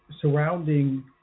surrounding